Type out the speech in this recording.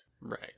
Right